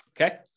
Okay